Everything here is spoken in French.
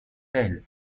tell